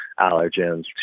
allergens